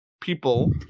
people